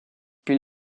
puis